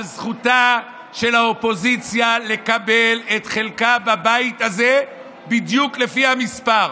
על זכותה של האופוזיציה לקבל את חלקה בבית הזה בדיוק לפי המספר.